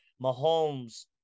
Mahomes